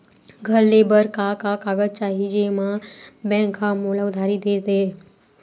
घर ले बर का का कागज चाही जेम मा बैंक हा मोला उधारी दे दय?